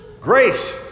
Grace